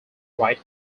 right